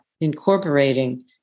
incorporating